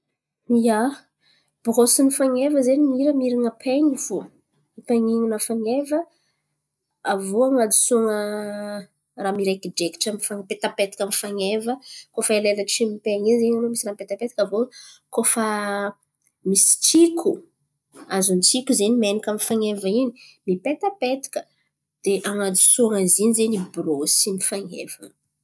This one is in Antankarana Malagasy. Ia, brôsin'ny fan̈eva zen̈y miramiran̈a pain̈y fo. Pain̈in̈ana fan̈eva aviô an̈adosoan̈a raha mirekidrekitry amy fan̈eva mipetapetaka amy fan̈eva. Koa fa elaela tsy mipain̈y in̈y zen̈y misy raha mipetapetaka. Aviô koa fa misy tsiko, azon'ny tsiko zen̈y menaka amy fan̈eva in̈y mipetapetaka. De an̈adosoan̈a izy in̈y zen̈y brôsin'ny fan̈eva.